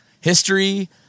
history